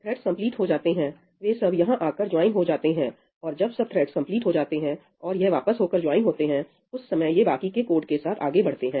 threads complete हो जाते हैं वे सब यहां आकर ज्वाइन हो जाते हैं और जब सब थ्रेडस कंप्लीट हो जाते हैं और यह वापस होकर ज्वाइन होते हैं उस समय ये बाकी के कोड के साथ आगे बढ़ते हैं